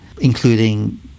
including